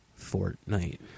Fortnite